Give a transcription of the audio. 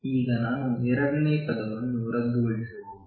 ಈಗ ನಾನು ಎರಡನೇ ಪದಯನ್ನು ರದ್ದುಗೊಳಿಸಬಹುದು